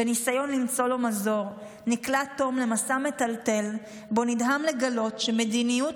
בניסיון למצוא לו מזור נקלע תום למסע מטלטל שבו נדהם לגלות שמדיניות